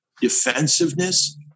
defensiveness